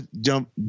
jump